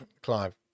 Clive